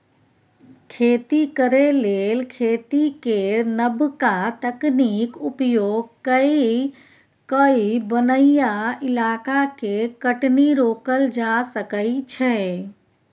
खेती करे लेल खेती केर नबका तकनीक उपयोग कए कय बनैया इलाका के कटनी रोकल जा सकइ छै